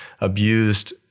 abused